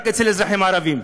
רק אצל אזרחים ערבים.